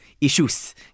issues